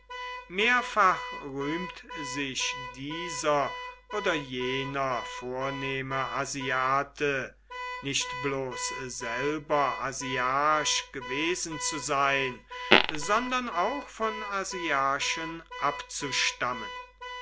mehrfach rühmt sich dieser oder jener vornehme asiate nicht bloß selber asiarch gewesen zu sein sondern auch von asiarchen abzustammen